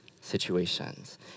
situations